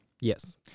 Yes